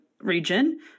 region